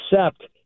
accept